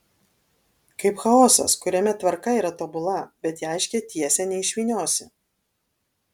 kaip chaosas kuriame tvarka yra tobula bet į aiškią tiesę neišvyniosi